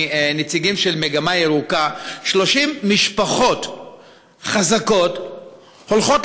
מנציגים של "מגמה ירוקה" 30 משפחות חזקות הולכות